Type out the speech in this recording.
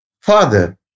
father